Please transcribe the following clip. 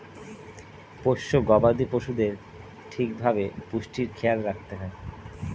পোষ্য গবাদি পশুদের ঠিক ভাবে পুষ্টির খেয়াল রাখতে হয়